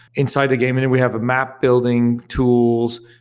inside the game and and we have a map building tools,